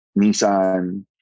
Nissan